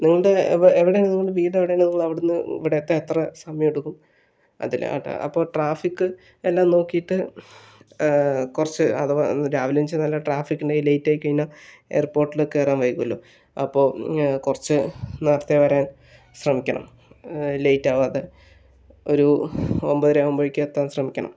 നിങ്ങളുടെ എവിടെയാണ് നിങ്ങളുടെ വീട് എവിടെയാണ് അവിടെ നിന്ന് ഇവിടെ എത്താൻ എത്ര സമയം എടുക്കും അതിൽ അപ്പോൾ ട്രാഫിക്ക് എല്ലാം നോക്കിയിട്ട് കുറച്ച് അഥവാ രാവിലെ എന്നുവച്ചാൽ ട്രാഫിക്ക് ഉണ്ടെങ്കിൽ ലേറ്റായി കഴിഞ്ഞാൽ എയർപോർട്ടിൽ കയറാൻ വൈകുമല്ലോ അപ്പോൾ കുറച്ച് നേരത്തെ വരാൻ ശ്രമിക്കണം ലേറ്റ് ആകാതെ ഒരു ഒൻപതര ആകുമ്പോഴേക്കും എത്താൻ ശ്രമിക്കണം